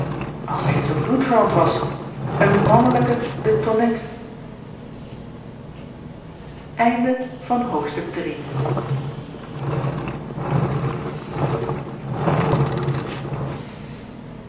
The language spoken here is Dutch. als hij eens een bloedverwant was een mannelijke de tonnette